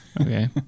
okay